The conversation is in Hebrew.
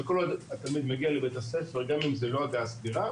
שכל עוד התלמיד מגיע לבית-הספר גם אם זה אל הגעה סדירה,